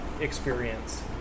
experience